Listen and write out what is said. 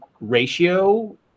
ratio